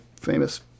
famous